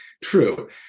true